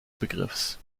begriffs